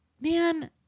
man